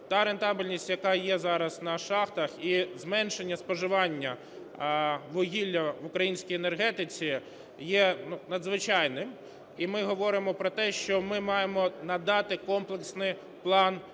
та рентабельність, яка є зараз на шахтах, і зменшення споживання вугілля в українській енергетиці є надзвичайним. І ми говоримо про те, що ми маємо надати комплексний план